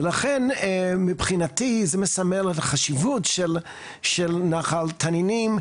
ולכן מבחינתי זה מסמל חשיבות של נחל תנינים,